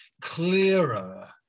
clearer